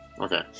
Okay